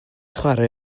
chwarae